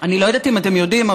אני לא יודעת אם אתם יודעים,